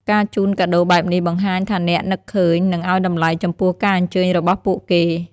ការជូនកាដូរបែបនេះបង្ហាញថាអ្នកនឹកឃើញ និងឲ្យតម្លៃចំពោះការអញ្ជើញរបស់ពួកគេ។